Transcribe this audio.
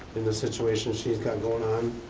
in the situation she's got going on.